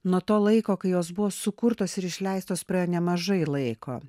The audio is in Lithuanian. nuo to laiko kai jos buvo sukurtos ir išleistos praėjo nemažai laiko